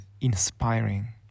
inspiring